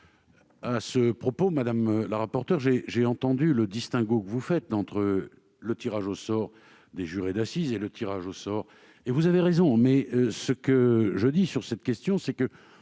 À ce propos, madame la rapporteure, j'ai entendu le distinguo que vous faites entre le tirage au sort des jurés d'assises et ce tirage au sort. Vous avez raison, mais je veux juste dire que le tirage au sort en tant que